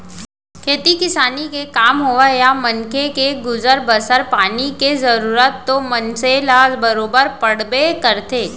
खेती किसानी के काम होवय या मनखे के गुजर बसर पानी के जरूरत तो मनसे ल बरोबर पड़बे करथे